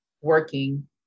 working